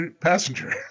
passenger